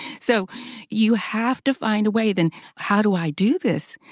so you have to find a way. then how do i do this?